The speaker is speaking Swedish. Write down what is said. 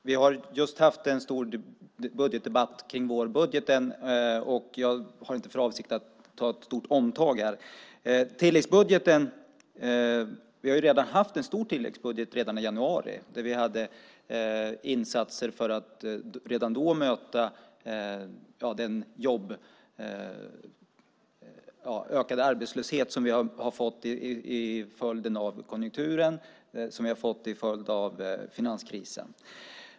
Herr talman! Vi har just haft en lång debatt om vårbudgeten så jag har inte för avsikt att nu göra ett stort omtag. Redan i januari hade vi en stor tilläggsbudget med insatser för att redan då möta den ökade arbetslösheten till följd av konjunkturen och till följd av finanskrisen.